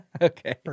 Okay